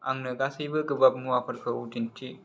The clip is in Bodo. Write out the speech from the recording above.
आंनो गासैबो गोबाब मुवाफोरखौ दिन्थि